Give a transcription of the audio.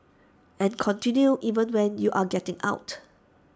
and continues even when you're getting out